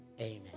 Amen